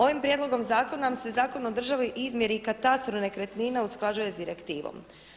Ovim prijedlogom zakona se Zakon o državnoj izmjeri i katastru nekretnina usklađuje sa direktivom.